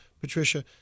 Patricia